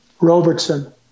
Robertson